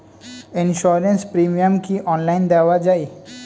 Insurance premium কি online দেওয়া যায়?